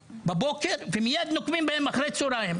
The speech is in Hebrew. בבוקר רוצחים ומיד נוקמים בהם אחר הצהריים.